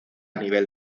nivel